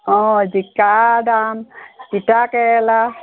অঁ জিকাৰ দাম তিতাকেৰেলা